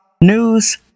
news